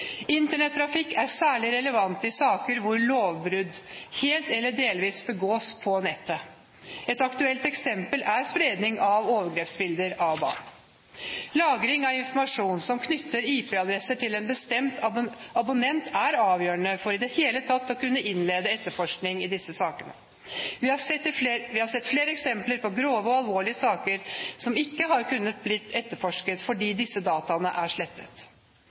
Internettrafikk er særlig relevant i saker hvor lovbrudd helt eller delvis begås på nettet. Et aktuelt eksempel er spredning av overgrepsbilder av barn. Lagring av informasjon som knytter IP-adresser til en bestemt abonnent, er avgjørende for i det hele tatt å kunne innlede etterforskning i disse sakene. Vi har sett flere eksempler på grove og alvorlige saker som ikke har kunnet bli etterforsket fordi disse dataene er slettet.